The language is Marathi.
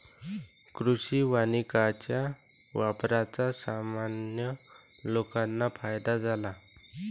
कृषी वानिकाच्या वापराचा सामान्य लोकांना फायदा झाला